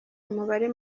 umubare